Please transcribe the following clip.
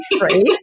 Right